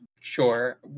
Sure